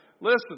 listen